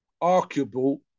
arguable